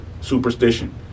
superstition